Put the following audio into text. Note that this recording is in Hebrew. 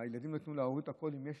הילדים לא ייתנו להורים את הכול אם יש